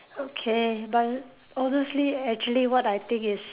okay but honestly actually what I think is